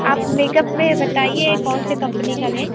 आप मेकअप में बताइए कौन सी कंपनी का लें